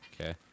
Okay